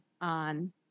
on